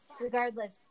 regardless